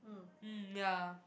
mm ya